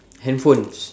handphones